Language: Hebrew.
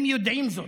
הם יודעים זאת.